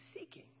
seeking